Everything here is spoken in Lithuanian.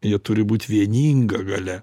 jie turi būti vieninga galia